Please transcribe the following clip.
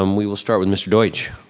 um we will start with mr. deutsche.